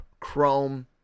Chrome